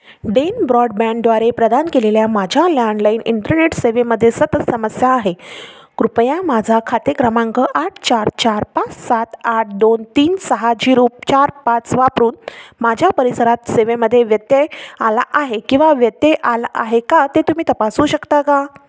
Den ब्रॉडबँडद्वारे प्रदान केलेल्या माझ्या लँडलाईन इंटरनेट सेवेमध्ये सतत समस्या आहे कृपया माझा खाते क्रमांक आठ चार चार पाच सात आठ दोन तीन सहा झिरो चार पाच वापरून माझ्या परिसरात सेवेमध्ये व्यत्यय आला आहे किंवा व्यत्यय आला आहे का ते तुम्ही तपासू शकता का